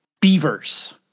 beavers